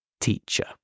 teacher